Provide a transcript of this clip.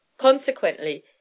Consequently